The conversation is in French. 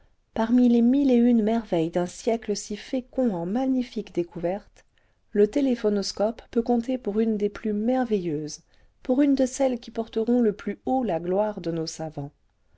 parmi les mille et une merveilles d'un siècle si fécond en magnifiques découvertes le téléphonoscope peut compter pour une des plus merveilleuses pour une de celles qui porteront le plus haut la gloire de nos savants